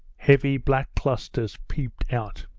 heavy, black clusters peeped out.